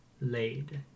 laid